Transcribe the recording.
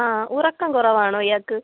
ആ ഉറക്കം കുറവാണോ ഇയാൾക്ക്